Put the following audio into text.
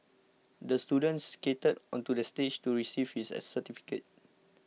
the student skated onto the stage to receive his certificate